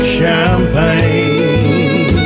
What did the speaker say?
champagne